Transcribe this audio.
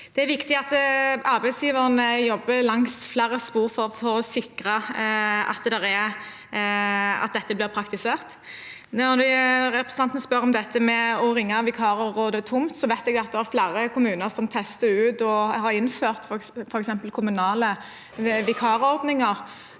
arbeidsgiverne jobber langs flere spor for å sikre at dette blir praktisert. Når representanten spør om dette med å ringe vikarbyrå, at det er tungt, vet jeg at det er flere kommuner som tester ut og har innført f.eks. kommunale vikarordninger.